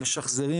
משחזרים